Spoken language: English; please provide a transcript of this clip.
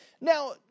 Now